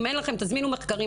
אם אין לכם, תזמינו מחקרים.